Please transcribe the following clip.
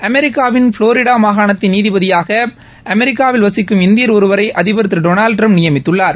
அமெிக்காவின் Florida மாகாணத்தின் நீதிபதியாக அமெிக்காவில் வசிக்கும் இந்தியர் ஒருவரை அதிபர் திரு டொனால்டு ட்டிரம்ப் நியமித்துள்ளார்